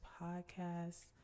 podcast